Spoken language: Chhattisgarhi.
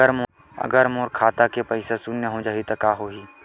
अगर मोर खाता के पईसा ह शून्य हो जाही त का होही?